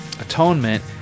Atonement